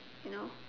you know